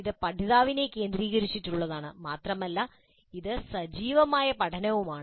ഇത് പഠിതാവിനെ കേന്ദ്രീകരിച്ചുള്ളതാണ് മാത്രമല്ല ഇത് സജീവമായ പഠനവുമാണ്